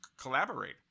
collaborate